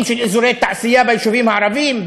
של אזורי תעשייה ביישובים הערביים,